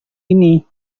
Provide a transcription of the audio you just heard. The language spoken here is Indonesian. ini